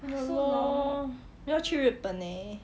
so long 你要去日本 leh